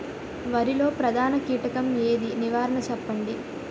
వరిలో ప్రధాన కీటకం ఏది? నివారణ చెప్పండి?